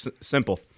Simple